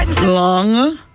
long